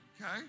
okay